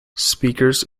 speakers